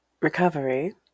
recovery